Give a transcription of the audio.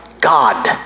God